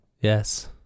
Yes